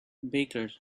bakers